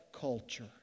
culture